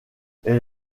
elle